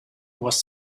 was